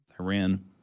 Iran